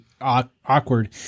awkward